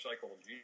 psychology